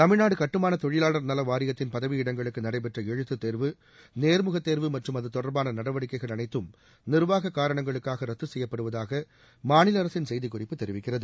தமிழ்நாடு கட்டுமான தொழிலாளர் நல வாரியத்தின் பதவியிடங்களுக்கு நடைபெற்ற எழுத்துத் தேர்வு நேர்முகத் தேர்வு மற்றும் அதுதொடர்பான நடவடிக்கைகள் அனைத்தும் நிர்வாக காரணங்களுக்காக ரத்து செய்யப்படுவதாக மாநில அரசின் செய்திக்குறிப்பு தெரிவிக்கிறது